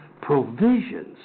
provisions